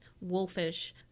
wolfish